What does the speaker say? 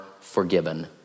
forgiven